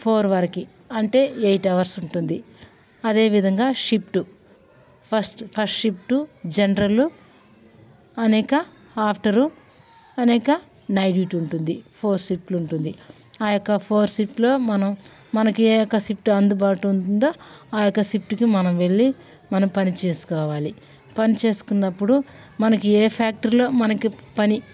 four వరకి అంటే eight hours ఉంటుంది అదేవిధంగా shift first first shift general అనేక ఆప్టరు అనేక నైట్ డ్యూటీ ఉంటుంది ఫోర్ షిఫ్ట్లు ఉంటుంది ఆ యొక్క ఫోర్ షిఫ్ట్లో మనం మనకి ఏ యొక్క షిఫ్ట్ అందుబాటు ఉంటుందో ఆ యొక్క షిఫ్ట్కి మనం వెళ్ళి మనం పని చేసుకోవాలి పని చేసుకున్నప్పుడు మనకు ఏ ఫ్యాక్టరీలో మనకి పని